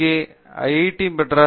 பேராசிரியர் தீபா வெங்கடேஷ் ஆமாம்